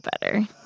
better